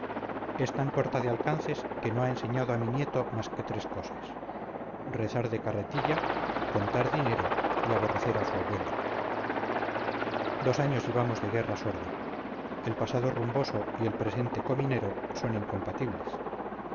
es tan corta de alcances que no ha enseñado a mi nieto más que tres cosas rezar de carretilla contar dinero y aborrecer a su abuelo dos años llevamos de guerra sorda el pasado rumboso y el presente cominero son incompatibles